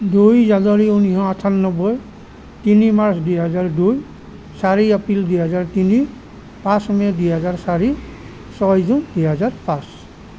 দুই জানুৱাৰী ঊনৈশ আঠান্নবৈ তিনি মাৰ্চ দুই হাজাৰ দুই চাৰি এপ্ৰিল দুই হাজাৰ তিনি পাচঁ মে' দুই হাজাৰ চাৰি ছয় জুন দুই হাজাৰ পাঁচ